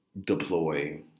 deploy